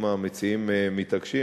אם המציעים מתעקשים,